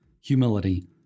humility